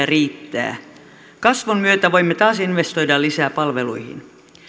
riittää kasvun myötä voimme taas investoida lisää palveluihin